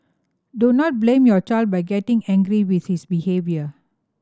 do not blame your child by getting angry with his behaviour